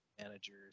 managers